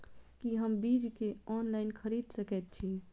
की हम बीज केँ ऑनलाइन खरीदै सकैत छी?